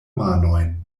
manojn